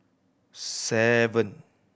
seven